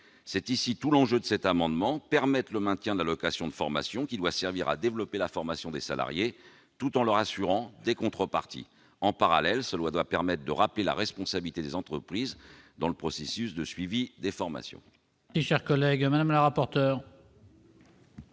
est tout l'enjeu de cet amendement : permettre le maintien de l'allocation de formation qui doit servir à développer la formation des salariés, tout en assurant à ceux-ci des contreparties. En parallèle, cela doit permettre de rappeler la responsabilité des entreprises dans le processus de suivi des formations. Quel est l'avis de la commission